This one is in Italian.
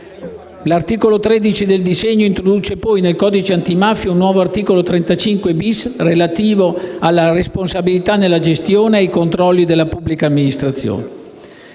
L'articolo 13 del disegno di legge introduce poi nel codice antimafia un nuovo articolo 35-*bis*, relativo alla responsabilità nella gestione e ai controlli della pubblica amministrazione.